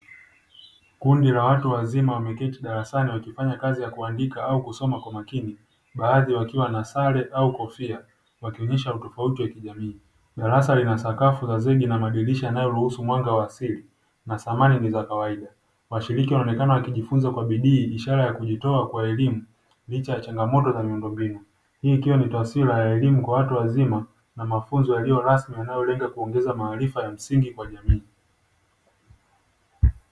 Kundi la watu wazima walioketi darasani wakifanya kazi ya kuandika au kusoma kwa makini baadhi wakiwa na sare au kofia wakionyesha utofauti wa kijamii, darasa lina sakafu la zege na madirisha yanayoruhusu mwanga wa asili na samani ni za kawaida ,washiriki wanaonekana wakijifunza kwa bidii ishara ya kujitowa Kwa elimu licha ya changamoto za miundombinu hii ikiwa ni taswira ya elimu kwa watu wazima na mafunzo yaliyo rasmi yanayolenga kuongeza maarifa ya msingi kwa jamii.